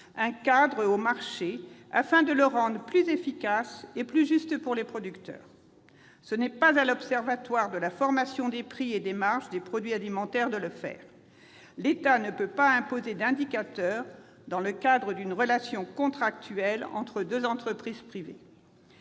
un cadre afin de rendre le marché plus efficace et plus juste pour les producteurs. Ce n'est pas à l'Observatoire de la formation des prix et des marges des produits alimentaires de le faire. L'État ne peut pas imposer d'indicateurs dans le cadre d'une relation contractuelle entre deux entreprises privées.